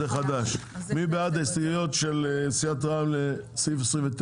29. מי בעד ההסתייגויות של סיעת רע"מ לסעיף 29?